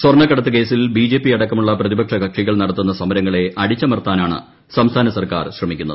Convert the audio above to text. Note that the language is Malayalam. സ്വർണക്കടത്ത് കേസിൽ ബിജെപിയടക്കമുള്ള പ്രതിപക്ഷ കക്ഷികൾ നടത്തുന്നും പ്രസമരങ്ങളെ അടിച്ചമർത്താനാണ് സംസ്ഥാന സർക്കാർ ശ്രമിക്കുന്നത്